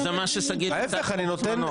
אני נותן יותר זמן למי ש זה מה ששגית אמרה בזמנו,